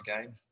game